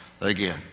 again